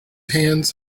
hands